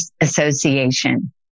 Association